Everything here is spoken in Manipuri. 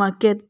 ꯃꯥꯔꯀꯦꯠ